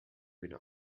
wieder